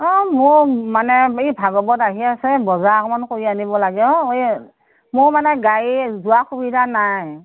অ মোৰ মানে এই ভাগৱত আহি আছে বজাৰ অকণমান কৰি আনিব লাগে অ এই মোৰ মানে গাড়ী যোৱা সুবিধা নাই